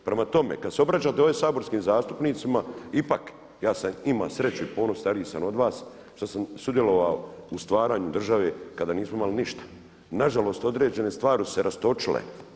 Prema tome, kad se obraćate ovdje saborskim zastupnicima ipak ja sam imao sreću i puno stariji sam od vas što sam sudjelovao u stvaranju države kada nismo imali ništa, nažalost određene stvari su se rastočile.